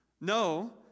No